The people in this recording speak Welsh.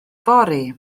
fory